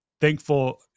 thankful